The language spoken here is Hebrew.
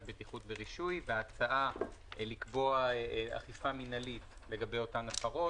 בטיחות ורישוי וההצעה לקבוע אכיפה מינהלית לגבי אותן הפרות.